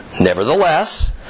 Nevertheless